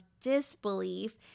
disbelief